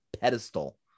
pedestal